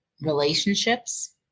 relationships